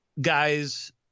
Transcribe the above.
guys